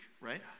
right